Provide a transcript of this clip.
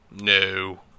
No